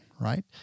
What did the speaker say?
right